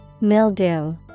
Mildew